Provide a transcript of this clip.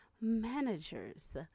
managers